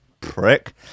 Prick